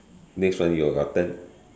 next one you've gotten